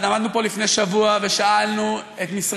אתם יודעים שכשאני